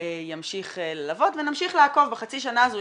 ימשיך ללוות, ונמשיך לעקוב בחצי שנה הזו.